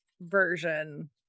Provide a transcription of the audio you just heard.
version